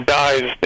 dies